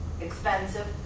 expensive